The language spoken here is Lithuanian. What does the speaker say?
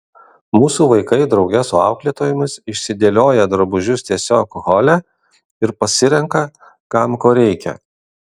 mūsų vaikai drauge su auklėtojomis išsidėlioja drabužius tiesiog hole ir pasirenka kam ko reikia